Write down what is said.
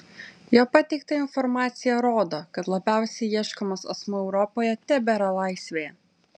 jo pateikta informacija rodo kad labiausiai ieškomas asmuo europoje tebėra laisvėje